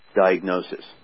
diagnosis